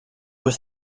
was